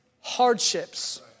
hardships